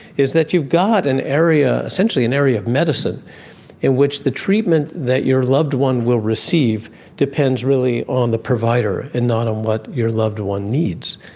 is that you've got an area, essentially an area of medicine in which the treatment that your loved one will receive depends really on the provider and not on what your loved one needs.